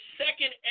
second